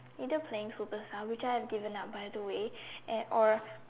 either playing superstar which I have given up by the way and or